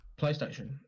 PlayStation